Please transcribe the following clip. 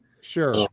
Sure